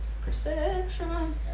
perception